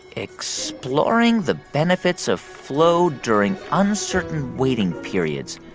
exploring the benefits of flow during uncertain waiting periods.